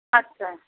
আচ্ছা